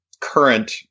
current